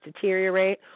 deteriorate